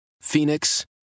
Phoenix